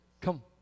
Come